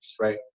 right